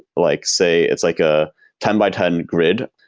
like say it's like a ten by ten grid,